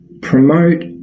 promote